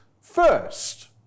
first